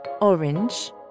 orange